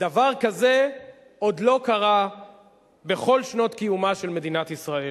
דבר כזה עוד לא קרה בכל שנות קיומה של מדינת ישראל.